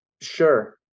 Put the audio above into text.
Sure